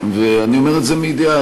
אתה אומר את זה מידיעה?